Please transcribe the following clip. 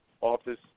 office